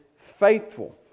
faithful